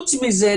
חוץ מזה,